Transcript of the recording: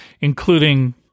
including